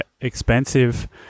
expensive